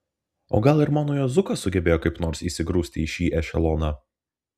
o gal ir mano juozukas sugebėjo kaip nors įsigrūsti į šį ešeloną